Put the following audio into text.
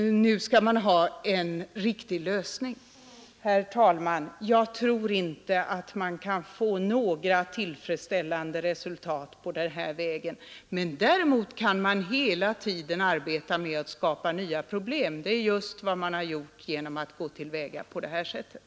Nu skall man ha en riktig lösning. Herr talman! Jag tror inte att man kan nå några tillfredsställande resultat på denna väg, däremot kan man hela tiden skapa nya problem. Det är just vad man gjort genom att gå till väga på detta sätt.